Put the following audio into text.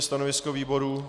Stanovisko výboru.